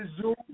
Zoom